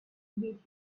with